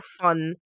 fun